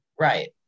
Right